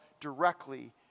Directly